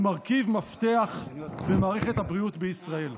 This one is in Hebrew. ומרכיב מפתח במערכת הבריאות בישראל.